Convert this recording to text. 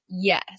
Yes